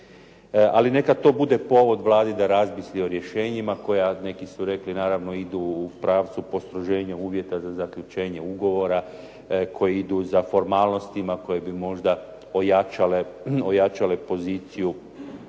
Ali neka to bude povod Vladi da razmisli o rješenjima koja, neki su rekli naravno idu u pravcu postroženja uvjeta za zaključenje ugovora, koji idu za formalnostima koje bi možda ojačale poziciju